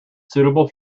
suitable